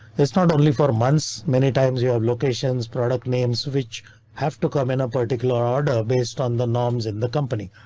it's not only for months. many times you have locations, product names which have to come in a particular order based on the norms in the company,